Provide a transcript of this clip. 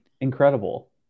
Incredible